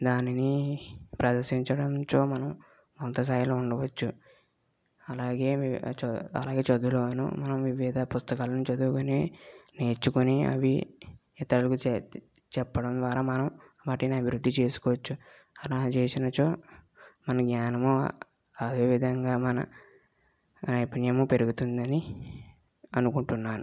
దానిని ప్రదర్శించడంచో మనం అంత స్థాయిలో ఉండవచ్చు అలాగే అలాగే చదువులోనూ వివిద పుస్తకాలను చదువుకుని నేర్చుకుని అవి ఇతరులకు చెప్పడం ద్వారా మనం వాటిని అభివృద్ధి చేసుకోవచ్చు అలా చేసినచో మనం జ్ఞానము అదేవిధంగా మన నైపుణ్యము పెరుగుతుందని అనుకుంటున్నాను